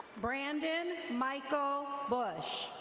brandon michael bush.